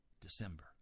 December